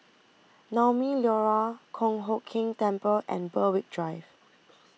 Naumi Liora Kong Hock Keng Temple and Berwick Drive